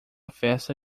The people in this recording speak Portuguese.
festa